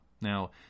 Now